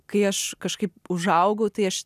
kai aš kažkaip užaugau tai aš